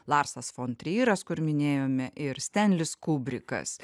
larsas fontryras kur minėjome ir stenlis kubrikas